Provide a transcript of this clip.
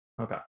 Okay